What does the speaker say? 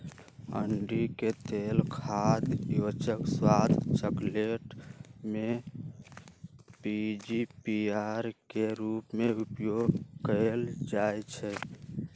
अंडिके तेल खाद्य योजक, स्वाद, चकलेट में पीजीपीआर के रूप में उपयोग कएल जाइछइ